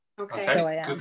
Okay